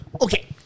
Okay